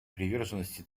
приверженности